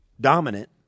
dominant